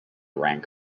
rank